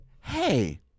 hey